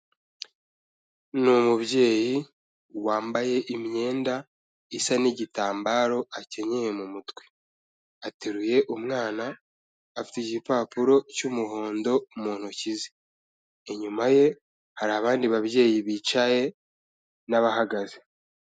Ni umubyeyi wambaye imyenda isa n'igitambaro akenyeye mu mutwe, ateruye umwana, afite igipapuro cy'umuhondo mu ntoki ze, inyuma ye hari abandi babyeyi bicaye, n'abahagaze.